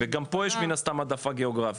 --- וגם פה יש מן הסתם העדפה גאוגרפית,